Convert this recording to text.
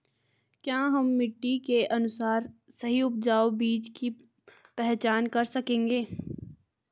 क्या हम मिट्टी के अनुसार सही उपजाऊ बीज की पहचान कर सकेंगे?